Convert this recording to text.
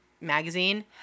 magazine